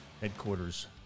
headquarters